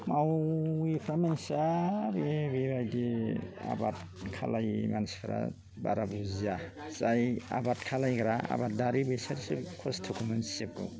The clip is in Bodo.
मावैफ्रा मोनथिया बे बेबायदि आबाद खालायै मानसिफ्रा बारा बुजिया जाय आबाद खालायग्रा आबादारि बेसोरसो खस्थखौ मोनथिजोबगौ